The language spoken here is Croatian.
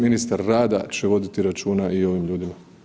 Ministar rada će voditi računa i o ovim ljudima.